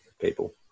people